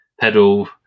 pedal